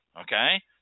okay